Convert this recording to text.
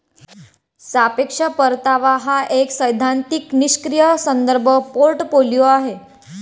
सापेक्ष परतावा हा एक सैद्धांतिक निष्क्रीय संदर्भ पोर्टफोलिओ आहे